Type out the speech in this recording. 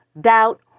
doubt